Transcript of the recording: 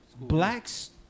blacks